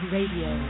Radio